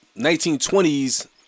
1920s